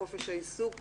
בחופש העיסוק,